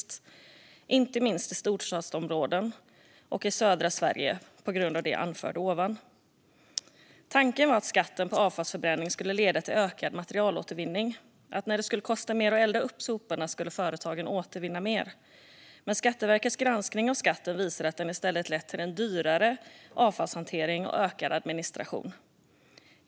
Det gäller inte minst i storstadsområden och i södra Sverige på grund av det jag anfört. Tanken var att skatten på avfallsförbränning skulle leda till ökad materialåtervinning, det vill säga att företagen skulle återvinna mer när det kostar mer att elda upp soporna. Skatteverkets granskning av skatten visar dock att den i stället har lett till dyrare avfallshantering och ökad administration.